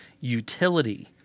utility